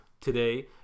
today